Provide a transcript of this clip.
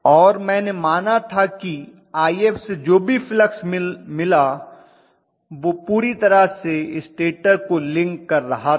और मैंने माना था कि If से जो भी फ्लेक्स मिला वह पूरी तरह से स्टेटर को लिंक कर रहा था